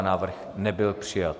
Návrh nebyl přijat.